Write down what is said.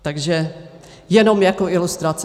Takže jenom jako ilustrace.